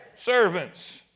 servants